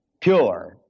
pure